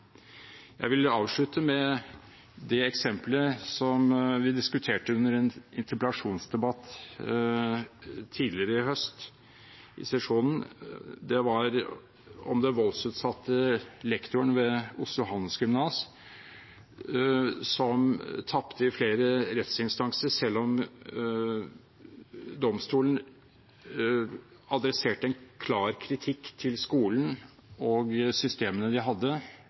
Jeg vil avslutte med det eksemplet vi diskuterte under en interpellasjonsdebatt i høstsesjonen. Det handlet om den voldsutsatte lektoren ved Oslo Handelsgymnasium som tapte i flere rettsinstanser selv om domstolen adresserte en klar kritikk til skolen og systemene de hadde,